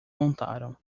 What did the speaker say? montaram